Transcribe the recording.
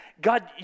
God